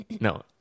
no